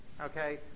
okay